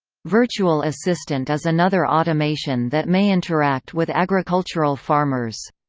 virtual assistant is another automation that may interact with agricultural farmers.